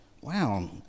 Wow